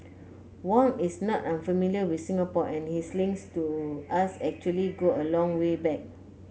Wang is not unfamiliar with Singapore and his links to us actually go a long way back